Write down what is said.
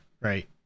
right